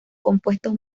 compuestos